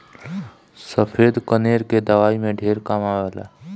सफ़ेद कनेर के दवाई में ढेर काम आवेला